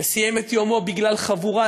וסיים את יומו בגלל חבורה